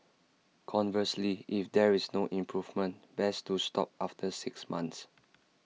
conversely if there is no improvement best to stop after six months